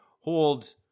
hold